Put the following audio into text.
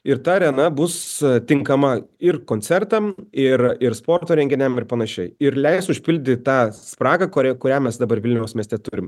ir ta arena bus tinkama ir koncertam ir ir sporto renginiam ir panašiai ir leis užpildyt tą spragą kuri kurią mes dabar vilniaus mieste turim